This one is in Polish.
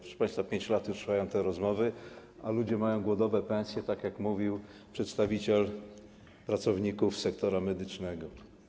Proszę państwa, 5 lat już trwają te rozmowy, a ludzie mają głodowe pensje, tak jak mówił przedstawiciel pracowników sektora medycznego.